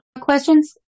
questions